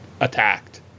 attacked